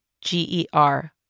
G-E-R